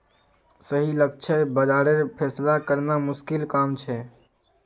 सही लक्ष्य बाज़ारेर फैसला करना मुश्किल काम छे